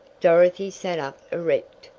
dorothy sat up erect.